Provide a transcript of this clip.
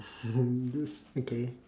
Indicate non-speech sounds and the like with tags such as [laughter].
[breath] do~ okay